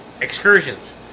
excursions